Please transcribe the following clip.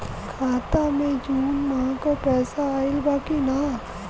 खाता मे जून माह क पैसा आईल बा की ना?